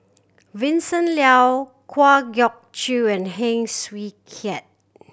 Vincent Leow Kwa Geok Choo and Heng Swee Keat